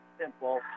simple